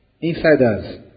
Insiders